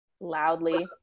Loudly